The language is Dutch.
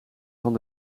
van